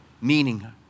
Meaning